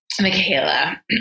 Michaela